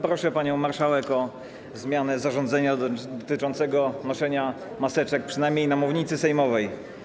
Proszę panią marszałek o zmianę zarządzenia dotyczącego noszenia maseczek, przynajmniej na mównicy sejmowej.